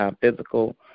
physical